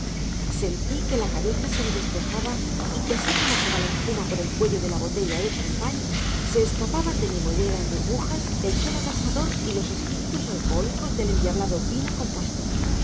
sentí que la cabeza se me despejaba y que así como se va la espuma por el cuello de la botella de champagne se escapaban de mi mollera en burbujas el sol abrasador y los espíritus alcohólicos del endiablado vino compuesto